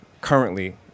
currently